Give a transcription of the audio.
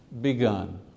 begun